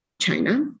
China